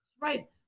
Right